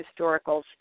historicals